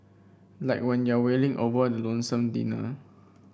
like when you're wailing over the lonesome dinner